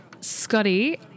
Scotty